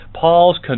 Paul's